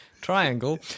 Triangle